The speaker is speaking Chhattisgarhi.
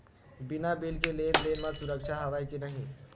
बिना बिल के लेन देन म सुरक्षा हवय के नहीं?